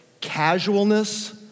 casualness